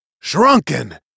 Shrunken